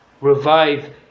revive